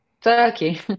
Turkey